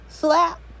slap